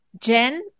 Jen